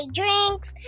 drinks